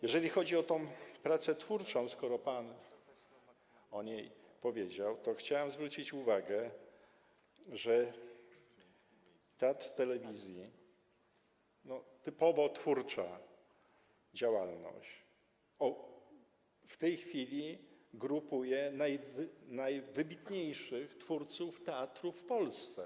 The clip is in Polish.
Jeżeli chodzi o tę pracę twórczą, skoro pan o niej powiedział, to chciałem zwrócić uwagę, że Teatr Telewizji, typowo twórcza działalność, w tej chwili grupuje najwybitniejszych twórców teatrów w Polsce.